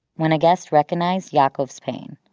when a guest recognized yaakov's pain,